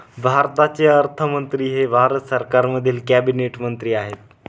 भारताचे अर्थमंत्री हे भारत सरकारमधील कॅबिनेट मंत्री आहेत